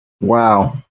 Wow